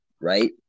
right